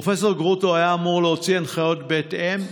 פרופ' גרוטו היה אמור להוציא הנחיות בהתאם,